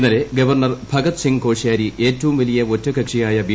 ഇന്നലെ ഗവർണ്ണർ ഭഗത് സിംഗ് കോഷ്യാരി എറ്റവും വലിയ ഒറ്റകക്ഷിയായ ബി